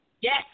yes